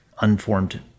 unformed